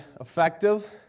effective